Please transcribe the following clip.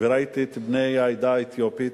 וראיתי את בני העדה האתיופית.